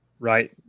right